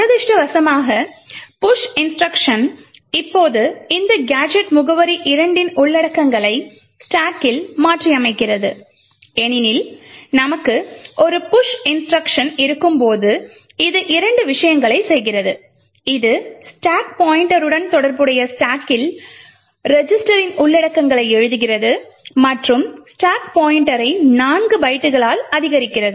துரதிர்ஷ்டவசமாக push instruction இப்போது இந்த கேஜெட் முகவரி 2 இன் உள்ளடக்கங்களை ஸ்டாக்கில் மாற்றியமைக்கிறது ஏனெனில் நமக்கு ஒரு புஷ் இன்ஸ்ட்ருக்ஷன் இருக்கும்போது அது இரண்டு விஷயங்களைச் செய்கிறது இது ஸ்டாக் பாய்ண்ட்டருடன் தொடர்புடைய ஸ்டாக்கில் ரெஜிஸ்டரின் உள்ளடக்கங்களை எழுதுகிறது மற்றும் ஸ்டாக் பாய்ண்ட்டரை 4 பைட்டுகளால் அதிகரிக்கிறது